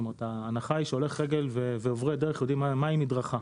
ההנחה היא שהולך רגל ועוברי דרך יודעים מהי מדרכה,